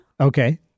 okay